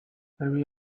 every